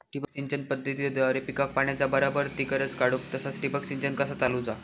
ठिबक सिंचन पद्धतीद्वारे पिकाक पाण्याचा बराबर ती गरज काडूक तसा ठिबक संच कसा चालवुचा?